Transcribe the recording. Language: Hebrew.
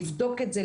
לבדוק את זה,